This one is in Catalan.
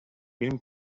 vint